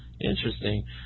interesting